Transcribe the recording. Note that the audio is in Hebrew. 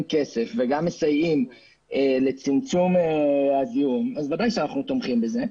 כסף וגם מסייעים לצמצום הזיהום אז ודאי שאנחנו תומכים בזה.